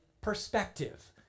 perspective